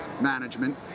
management